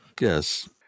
Yes